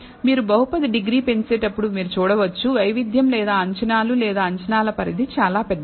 మీరు బహుపది డిగ్రీ పెంచేటప్పుడు మీరు చూడవచ్చు వైవిధ్యం లేదా అంచనాలు లేదా అంచనాల పరిధి చాలా పెద్దది